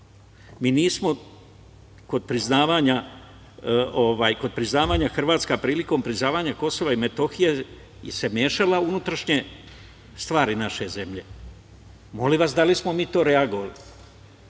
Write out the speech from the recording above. to. Kod priznavanja Hrvatska se prilikom priznavanja Kosova i Metohije mešala u unutrašnje stvari naše zemlje. Molim vas, da li smo mi tada reagovali?